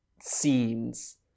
scenes